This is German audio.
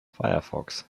firefox